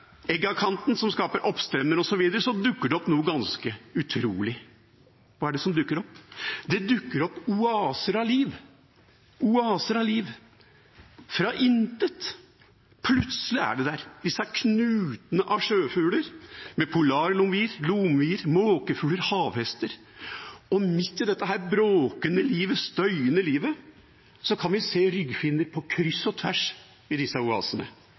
Eggakanten, som skaper oppstrømmer osv., dukker det opp noe ganske utrolig. Hva er det som dukker opp? Det dukker opp oaser av liv – oaser av liv – fra intet. Plutselig er det der. Knuter av sjøfugler – polarlomvier, lomvier, måkefugler, havhester – og midt i dette bråkende, støyende livet kan vi se ryggfinner på kryss og tvers.